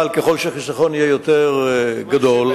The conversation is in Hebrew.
אבל ככל שהחיסכון יהיה יותר גדול,